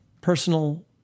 personal